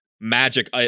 magic